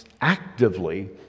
actively